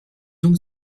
donc